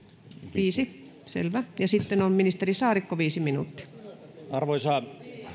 viisi minuuttia selvä ja sitten ministeri saarikko viisi minuuttia arvoisa